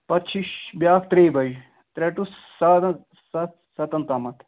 پَتہٕ چھِ بیٛاکھ ترٛیٚیہِ بَجہِ ترٛے ٹُہ سادَن سَتھ سَتَن تامَتھ